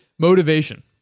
Motivation